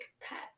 pet